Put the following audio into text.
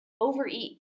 overeat